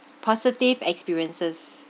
positive experiences